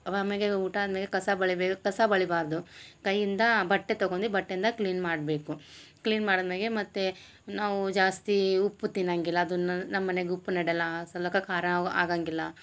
ಅವ ಅಮ್ಯಾಗೆ ಊಟ ಆದ್ಮ್ಯಾಗೆ ಕಸ ಬಳಿಬೇಗ ಕಸ ಬಳಿಬಾರದು ಕೈಯಿಂದಾ ಬಟ್ಟೆ ತಗೊಂದು ಬಟ್ಟೆಯಿಂದ ಕ್ಲೀನ್ ಮಾಡಬೇಕು ಕ್ಲೀನ್ ಮಾಡದ ಮ್ಯಾಗೆ ಮತ್ತೆ ನಾವು ಜಾಸ್ತಿ ಉಪ್ಪು ತಿನ್ನಂಗಿಲ್ಲ ಅದನ್ನ ನಮ್ಮನೆಗ ಉಪ್ಪ್ ನೆಡೆಲ ಸಲಕ ಖಾರ ಅವ ಆಗಂಗಿಲ್ಲಾ